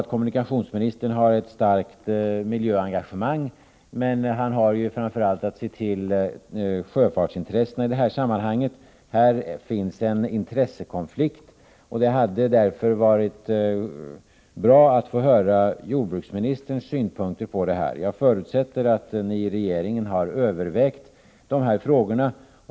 Kommunikationsministern har säkert ett starkt miljöengagemnag, men han har framför allt att se till sjöfartens intresse i detta sammanhang. Här finns en intressekonflikt. Det hade därför varit bra att få höra jordbruksministerns synpunkter på detta. Jag förutsätter att ni i regeringen har övervägt dessa frågor.